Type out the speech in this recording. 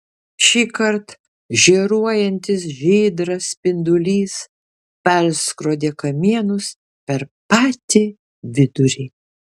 šįkart žėruojantis žydras spindulys perskrodė kamienus per patį vidurį